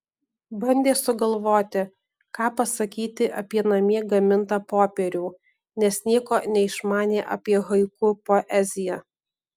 bandė sugalvoti ką pasakyti apie namie gamintą popierių nes nieko neišmanė apie haiku poeziją